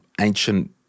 ancient